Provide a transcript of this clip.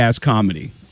Comedy